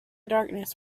darkness